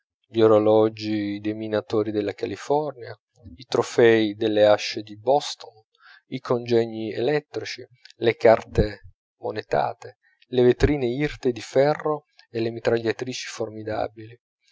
gli orologi dei minatori della california i trofei delle ascie di boston i congegni elettrici le carte monetate le vetrine irte di ferro e le mitragliatrici formidabili